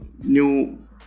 new